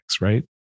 right